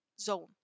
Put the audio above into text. zone